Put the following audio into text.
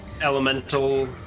elemental